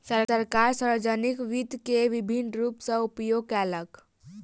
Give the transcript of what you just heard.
सरकार, सार्वजानिक वित्त के विभिन्न रूप सॅ उपयोग केलक